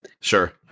Sure